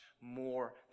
more